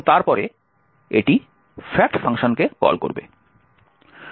এবং তারপরে এটি fact ফাংশনকে কল করবে